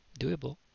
Doable